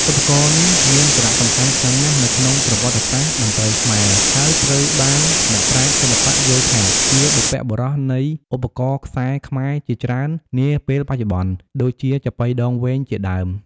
ឧបករណ៍នេះមានសារៈសំខាន់ខ្លាំងណាស់នៅក្នុងប្រវត្តិសាស្រ្តតន្ត្រីខ្មែរ ហើយត្រូវបានអ្នកប្រាជ្ញសិល្បៈយល់ថាជាបុព្វបុរសនៃឧបករណ៍ខ្សែខ្មែរជាច្រើននាពេលបច្ចុប្បន្ន ដូចជាចាប៉ីដងវែងជាដើម។